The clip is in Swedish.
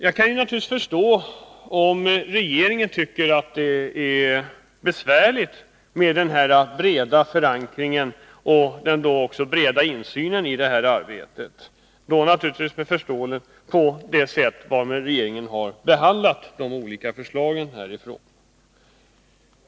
Jag kan naturligtvis förstå om regeringen tycker att det är besvärligt med denna breda förankring och breda insyn i det här arbetet. Jag tänker då på det sätt på vilket regeringen har behandlat de olika förslagen från styrgruppen.